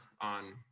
on